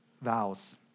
vows